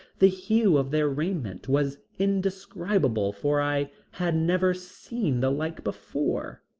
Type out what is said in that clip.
the hue of their raiment was indescribable for i had never seen the like before.